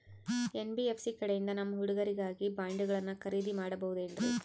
NBFC ಕಡೆಯಿಂದ ನಮ್ಮ ಹುಡುಗರಿಗಾಗಿ ಬಾಂಡುಗಳನ್ನ ಖರೇದಿ ಮಾಡಬಹುದೇನ್ರಿ?